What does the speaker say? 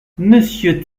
monsieur